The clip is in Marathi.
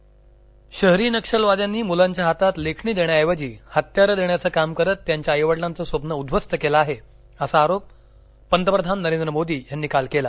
पंतप्रधान शहरी नक्षलवाद्यांनी मुलांच्या हातात लेखणी देण्याऐवजी हत्यारं देण्याचं काम करत त्यांच्या आईवडिलांचं स्वप्न उद्ध्वस्त केलं आहे असा आरोप पंतप्रधान नरेंद्र मोदी यांनी काल केला